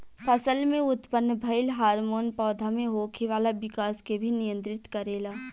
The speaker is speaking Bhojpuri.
फसल में उत्पन्न भइल हार्मोन पौधा में होखे वाला विकाश के भी नियंत्रित करेला